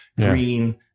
green